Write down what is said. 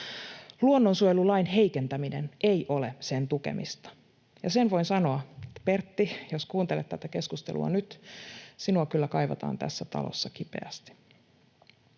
Luonnonsuojelulain heikentäminen ei ole sen tukemista. — Ja sen voin sanoa, Pertti, jos kuuntelet tätä keskustelua nyt: sinua kyllä kaivataan tässä talossa kipeästi.